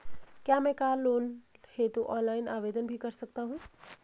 क्या मैं car loan हेतु ऑनलाइन आवेदन भी कर सकता हूँ?